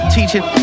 Teaching